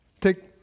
Take